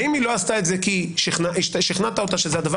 האם היא לא עשתה את זה כי שכנעת אותה שזה הדבר